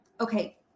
Okay